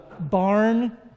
barn